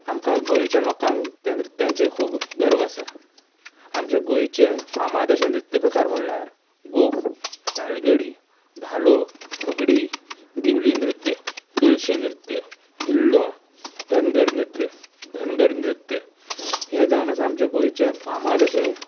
आमकां गोंयच्या लोकांक ते नृत्यांचेर खूब गर्व आसा आमच्या गोंयचे फामाद अशें नृत्य प्रकार म्हणल्यार गोफ तालगडी धालो फुगडी दिवली नृत्य कळशी नृत्य धेंडलो धनगर नृत्य धनगर नृत्य हे जावन आसा आमचे गोंयचे फामाद अशें